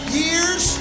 years